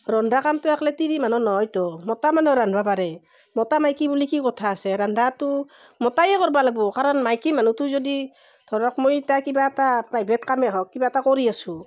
ৰন্ধা কামটো একলাই তিৰি মানুহৰ নহয়তো মতা মানুহেও ৰান্ধিব পাৰে মতা মাইকী বুলি কি কথা আছে ৰন্ধাটো মতায়ে কৰবা লাগিব কাৰণ মাইকী মানুহটোই যদি ধৰক মই ইতা কিবা এটা প্ৰাইভেট কামেই হওক কিবা এটা কৰি আছোঁ